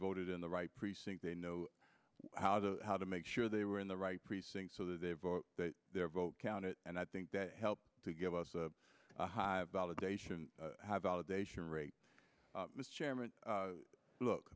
voted in the right precinct they know how to how to make sure they were in the right precinct so that they vote that their vote counted and i think that helped to give us a high validation have